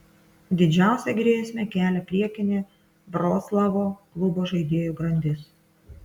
didžiausią grėsmę kelia priekinė vroclavo klubo žaidėjų grandis